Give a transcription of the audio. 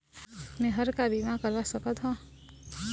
मैं हर का बीमा करवा सकत हो?